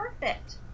perfect